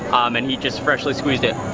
and he just freshly squeezed it.